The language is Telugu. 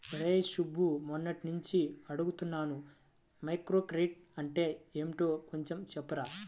రేయ్ సుబ్బు, మొన్నట్నుంచి అడుగుతున్నాను మైక్రోక్రెడిట్ అంటే యెంటో కొంచెం చెప్పురా